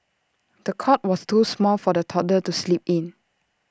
the cot was too small for the toddler to sleep in